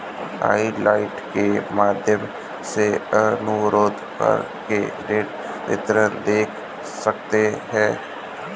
hotline के माध्यम से अनुरोध करके ऋण विवरण देख सकते है